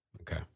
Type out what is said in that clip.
okay